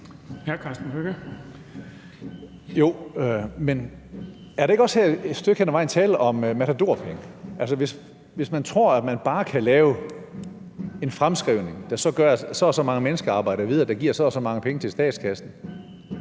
er der et stykke hen ad vejen her ikke også tale om matadorpenge? Altså, hvis man tror, at man bare kan lave en fremskrivning, der gør, at så og så mange mennesker arbejder videre og det giver så og så mange penge til statskassen,